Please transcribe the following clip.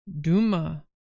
Duma